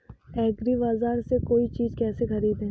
एग्रीबाजार से कोई चीज केसे खरीदें?